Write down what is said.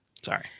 Sorry